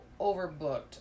overbooked